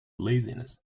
laziness